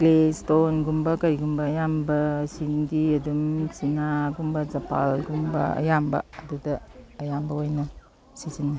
clay ꯏꯁꯇꯣꯟꯒꯨꯝꯕ ꯀꯩꯒꯨꯝꯕ ꯑꯌꯥꯝꯕ ꯁꯤꯡꯗꯤ ꯑꯗꯨꯝ ꯆꯤꯅꯥꯒꯨꯝꯕ ꯖꯄꯥꯟꯒꯨꯝꯕ ꯑꯌꯥꯝꯕ ꯑꯗꯨꯗ ꯑꯌꯥꯝꯕ ꯑꯣꯏꯅ ꯁꯤꯖꯤꯟꯅꯩ